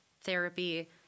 therapy